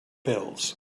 pills